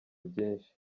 byinshi